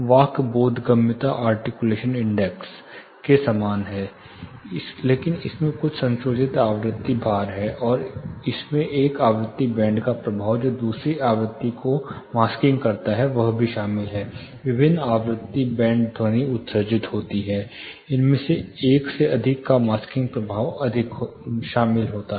वाक् बोधगम्यता articulation index के समान है लेकिन इसमें कुछ संशोधित आवृत्ति भार है और इसमें एक आवृत्ति बैंड का प्रभाव जो दूसरी आवृत्ति को मास्किंग करता है वह भी शामिल है विभिन्न आवृत्ति बैंड ध्वनि उत्सर्जित होती है इसमें एक से अधिक का मास्किंग प्रभाव शामिल होता है